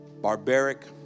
barbaric